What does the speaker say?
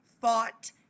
fought